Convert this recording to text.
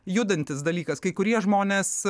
judantis dalykas kai kurie žmonės